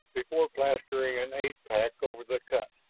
before plastering an aid pack over the cut.